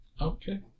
Okay